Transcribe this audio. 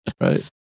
right